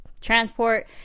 transport